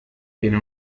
tiene